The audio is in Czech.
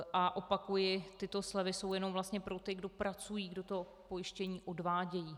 A opakuji, že tyto slevy jsou jenom pro ty, kdo pracují, kdo to pojištění odvádějí.